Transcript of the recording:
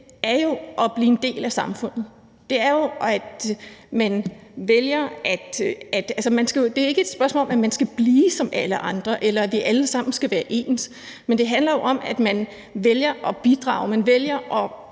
er jo at blive en del af samfundet. Det er ikke et spørgsmål om, at man skal blive som alle andre, at vi alle sammen skal være ens, men det handler jo om, at man vælger at bidrage, at man vælger at